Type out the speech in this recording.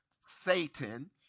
Satan